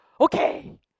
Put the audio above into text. okay